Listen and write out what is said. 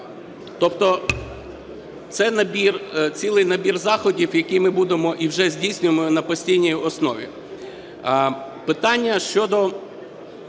набір, цілий набір заходів, який ми будемо і вже здійснюємо на постійній основі.